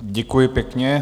Děkuji pěkně.